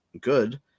good